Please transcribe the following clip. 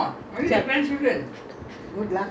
why you then the children